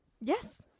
yes